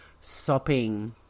sopping